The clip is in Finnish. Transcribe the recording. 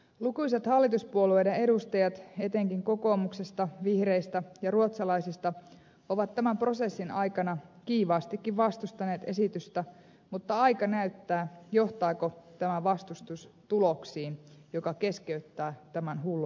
lukuisat hallituspuolueiden edustajat etenkin kokoomuksesta vihreistä ja ruotsalaisista ovat tämän prosessin aikana kiivaastikin vastustaneet esitystä mutta aika näyttää johtaako tämä vastustus tuloksiin jotka keskeyttävät tämän hullun prosessin